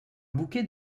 bouquet